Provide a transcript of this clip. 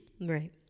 right